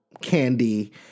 Candy